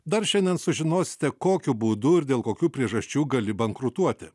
dar šiandien sužinosite kokiu būdu ir dėl kokių priežasčių gali bankrutuoti